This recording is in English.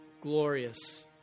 glorious